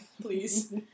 please